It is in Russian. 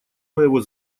моего